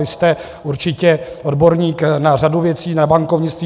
Vy jste určitě odborník na řadu věcí, na bankovnictví.